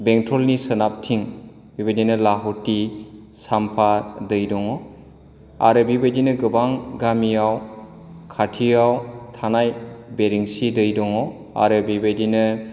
बेंटलनि सोनाबथिं बेबायदिनो लाहुटि साम्पा दै दङ आरो बेबायदिनो गोबां गामियाव खाथियाव थानाय बेरेंसि दै दङ आरो बेबायदिनो